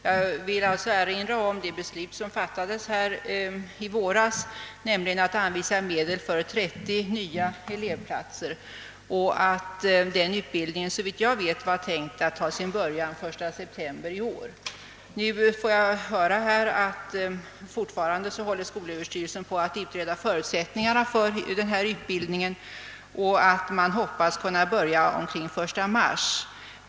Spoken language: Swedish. Jag vill alltså erinra om det beslut som fattats härvidlag, nämligen att anvisa medel för 30 nya elevplatser. Avsikten var, såvitt jag vet, att denna utbildning skulle börja den 1 september i år. Nu får jag höra att skolöverstyrelsen fortfarande arbetar med att utreda förutsättningarna för denna utbildning och att man hoppas kunna börja utbildningen omkring den 1 mars.